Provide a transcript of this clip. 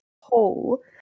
hole